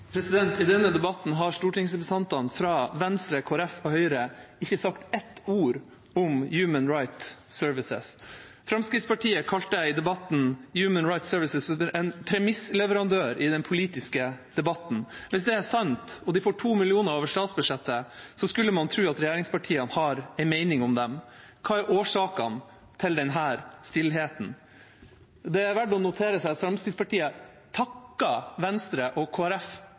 I denne debatten har stortingsrepresentantene fra Venstre, Kristelig Folkeparti og Høyre ikke sagt ett ord om Human Rights Service. Fremskrittspartiet kalte i debatten Human Rights Service «en premissleverandør» i den politiske debatten. Hvis det er sant og de får 2 mill. kr over statsbudsjettet, skulle man tro at regjeringspartiene har en mening om dem. Hva er årsakene til denne stillheten? Det er verdt å notere seg at Fremskrittspartiet takker Venstre og